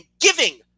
giving